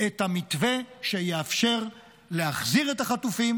את המתווה שיאפשר להחזיר את החטופים,